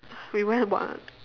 we went [what]